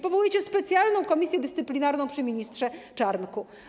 Powołujecie specjalną komisję dyscyplinarną przy ministrze Czarnku.